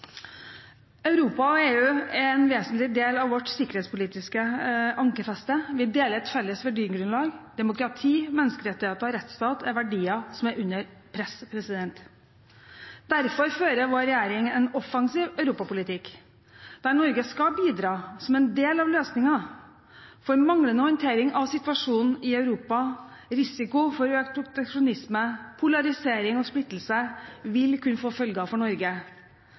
Europa og EU er en vesentlig del av vårt sikkerhetspolitiske ankerfeste. Vi deler et felles verdigrunnlag. Demokrati, menneskerettigheter og rettsstat er verdier som er under press. Derfor fører vår regjering en offensiv europapolitikk der Norge skal bidra som en del av løsningen, for manglende håndtering av situasjonen i Europa, risiko for økt proteksjonisme, polarisering og splittelse vil kunne få følger for Norge.